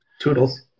Toodles